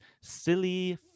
silly